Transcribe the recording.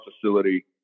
facility